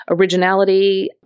originality